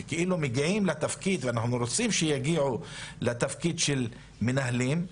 שמגיעות לתפקיד ואנחנו רוצים שיגיעו לתפקיד של מנהלים,